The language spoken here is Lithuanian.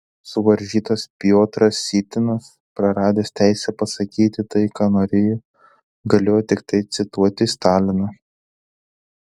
suvaržytas piotras sytinas praradęs teisę pasakyti tai ką norėjo galėjo tiktai cituoti staliną